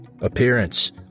Appearance